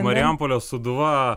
marijampolės sūduva